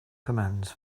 commands